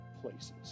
places